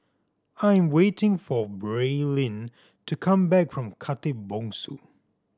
I'm waiting for Braelyn to come back from Khatib Bongsu